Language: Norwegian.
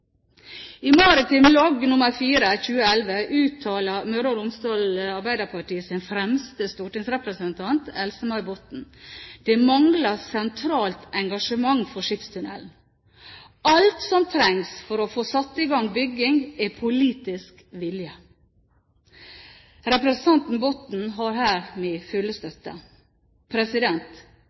Maritim Logg nr. 4/2011 uttaler Møre og Romsdals fremste arbeiderpartirepresentant, Else-May Botten: «Det mangler sentralt engasjement for skipstunnelen. Alt som trengs for å få satt i gang byggingen, er politisk vilje.» Representanten Botten har her min fulle støtte.